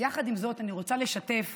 יחד עם זאת, אני רוצה לשתף